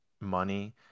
money